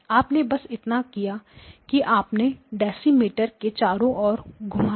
आपने बस इतना किया कि आपने डिसिमिटर को चारों ओर घुमाया